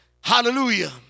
hallelujah